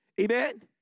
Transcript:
Amen